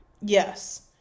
yes